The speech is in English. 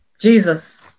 Jesus